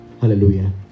Hallelujah